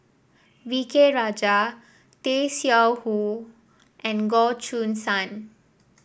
V K Rajah Tay Seow Huah and Goh Choo San